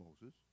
Moses